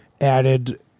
added